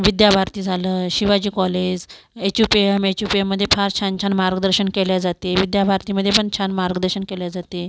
विद्याभारती झालं Shivaji college H U P M H U P एममध्ये फार छान छान मार्गदर्शन केले जाते विद्याभारतीमध्ये पण छान मार्गदर्शन केले जाते